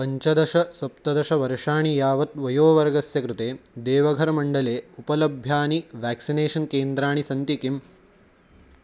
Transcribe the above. पञ्चदश सप्तदशवर्षाणि यावत् वयोवर्गस्य कृते देवघर् मण्डले उपलभ्यानि वेक्सिनेषन् केन्द्राणि सन्ति किम्